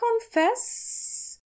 confess